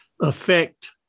affect